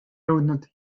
jõudnud